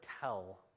tell